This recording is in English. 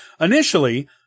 Initially